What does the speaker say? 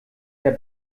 der